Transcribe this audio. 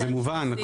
זה מובן.